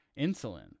insulin